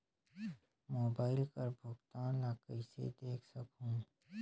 Mobile कर भुगतान ला कइसे देख सकहुं?